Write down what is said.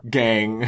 gang